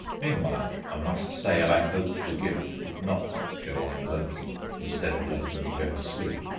meanwhile i must say i hoped the gift would not go on working instead of letting me go to sleep.